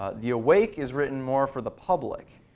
ah the awake is written more for the public.